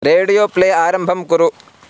radio play आरम्भं कुरु